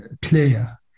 player